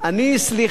סליחה,